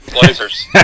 Blazers